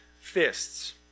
fists